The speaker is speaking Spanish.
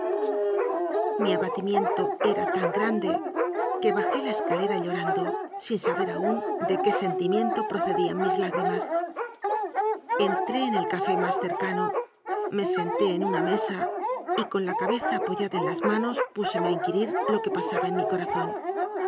mi abatimiento era tan grande que bajé la es calera llorando sin saber aún de qué sentimiento procedían mis lágrimas entré en el café más cer cano me senté en una mesa y con la cabeza apo yada en las manos páseme a inquirir lo que pasa ba en mi corazón